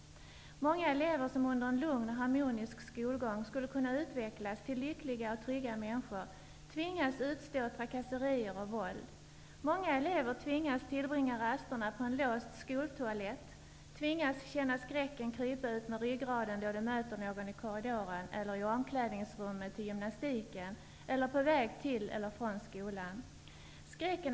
Många elever som under en lugn och harmonisk skolgång skulle kunna utvecklas till lyckliga och trygga människor, tvingas utstå trakasserier och våld. Många elever tvingas tillbringa rasterna på en låst skoltoalett, tvingas känna skräcken krypa utmed ryggraden då de möter någon i korridoren eller i omklädningsrummet till gymnastiken eller på väg till eller från skolan.